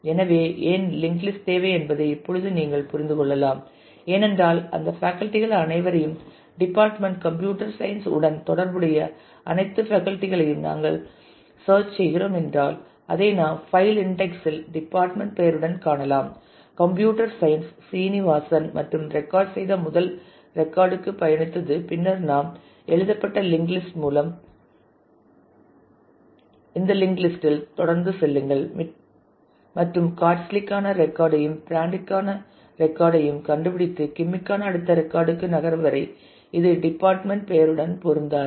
எனவே ஏன் linked list தேவை என்பதை இப்பொழுது நீங்கள் புரிந்து கொள்ளலாம் ஏனென்றால் அந்த ஃபேக்கல்டி கள் அனைவரையும் டிபார்ட்மெண்ட் கம்ப்யூட்டர் சயின்ஸ் உடன் தொடர்புடைய அனைத்து ஃபேக்கல்டி களையும் நாங்கள் சேர்ச் செய்கிறோம் என்றால் அதை நாம் பைல் இன்டெக்ஸ் இல் டிபார்ட்மெண்ட் பெயருடன் காணலாம் கம்ப்யூட்டர் சயின்ஸ் சீனிவாசன் மற்றும் ரெக்கார்ட் செய்த முதல் ரெக்கார்ட் க்கு பயணித்தது பின்னர் நாம் எழுதப்பட்ட லிங்ட் லிஸ்ட் மூலம் இந்த லிஸ்ட் இல் தொடர்ந்து செல்லுங்கள் மற்றும் காட்ஸி ற்கான ரெக்கார்ட் ஐயும் பிராண்டிற்கான ரெக்கார்ட் ஐயும் கண்டுபிடித்து கிம்மிற்கான அடுத்த ரெக்கார்ட் க்கு நகரும் வரை இது டிபார்ட்மெண்ட் பெயருடன் பொருந்தாது